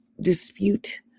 dispute